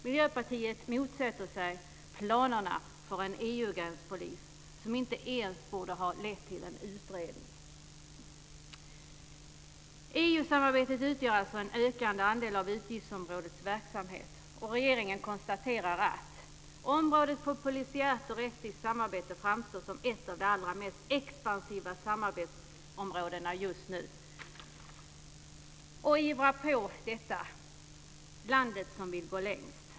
Miljöpartiet motsätter sig planerna på en EU-gränspolis. Den frågan borde inte ens ha lett till en utredning. EU-samarbetet utgör alltså en ökande andel av utgiftsområdets verksamhet, och regeringen konstaterar att området polisiärt och rättsligt samarbete framstår som ett av de allra mest expansiva samarbetsområdena just nu. Regeringen ivrar för detta - landet som vill gå längst.